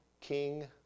King